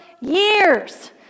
years